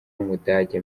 umudage